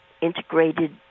integrated